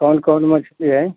कौन कौन मछली है